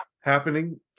happening